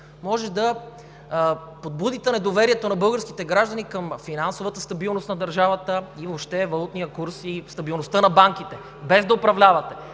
може да подбудите недоверието на българските граждани към финансовата стабилност на държавата и въобще валутния курс и стабилността на банките, без да управлявате!